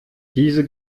diese